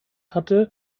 hatte